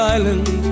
Island